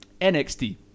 NXT